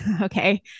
Okay